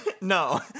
No